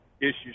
issues